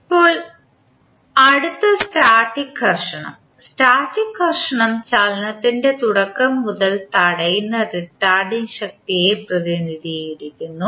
ഇപ്പോൾ അടുത്ത സ്റ്റാറ്റിക് ഘർഷണം സ്റ്റാറ്റിക് ഘർഷണം ചലനത്തെ തുടക്കം മുതൽ തടയുന്ന റിട്ടാർഡിംഗ് ശക്തിയെ പ്രതിനിധീകരിക്കുന്നു